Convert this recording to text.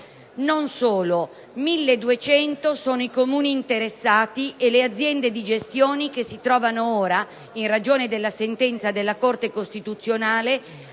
Non solo: 1.200 sono i Comuni interessati e le aziende di gestioni che ora, in ragione della sentenza della Corte costituzionale,